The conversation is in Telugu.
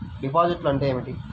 డిపాజిట్లు అంటే ఏమిటి?